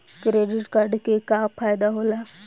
Credit card के का फायदा होला?